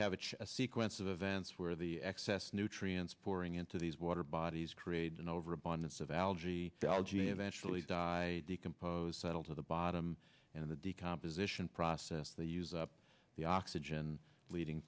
have a chance sequence of events where the excess nutrients pouring into these water bodies create an overabundance of algae algae eventually die decomposed settle to the bottom and the decomposition process they use up the oxygen leading